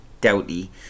Doughty